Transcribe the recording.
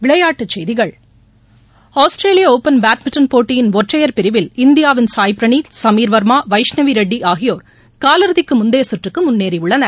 விளையாட்டுச் செய்திகள் ஆஸ்திரேலிய ஒபன் பேட்மிண்டன் போட்டியின் ஒற்றையர் பிரிவில் இந்தியாவின் சாய் பிரனீத் சமீர் வர்மா வைஷ்ணவி ரெட்டி ஆகியோர் காலிறுதிக்கு முந்தைய சுற்றுக்கு முன்னேறியுள்ளன்